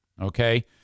Okay